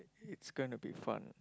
it's gonna be fun